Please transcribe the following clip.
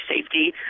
safety